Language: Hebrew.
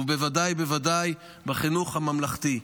ובוודאי בוודאי בחינוך הממלכתי,